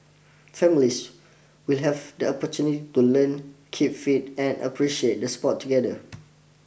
families will have the opportunity to learn keep fit and appreciate the sport together